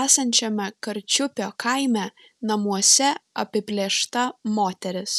esančiame karčiupio kaime namuose apiplėšta moteris